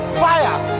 fire